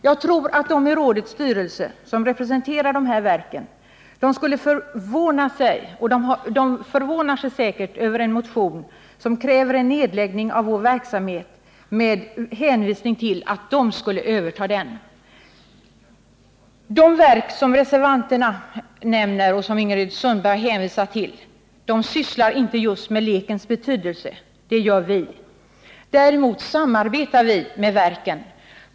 Jag tror att de i rådets styrelse som representerar de här verken förvånar sig över en motion, där det krävs en nedläggning av vår verksamhet med hänvisning till att de skulle överta den..De verk som reservanterna nämner och som Ingrid Sundberg hänvisar till sysslar inte speciellt med lekens betydelse. Det gör vi. Däremot samarbetar vi med verken.